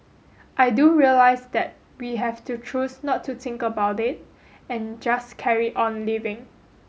I do realize that we have to choose not to think about it and just carry on living